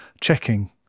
checking